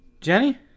Jenny